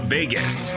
Vegas